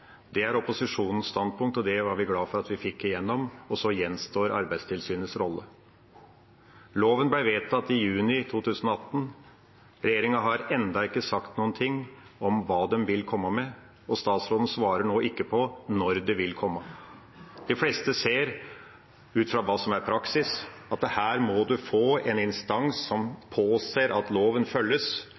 det er oppfølging. Det er opposisjonens standpunkt, og det er vi glad for at vi fikk igjennom. Og så gjenstår Arbeidstilsynets rolle. Loven ble vedtatt i juni 2018. Regjeringa har ennå ikke sagt noe om hva de vil komme med, og statsråden svarer nå ikke på når det vil komme. De fleste ser, ut fra hva som er praksis, at her må det være en instans som påser at loven følges.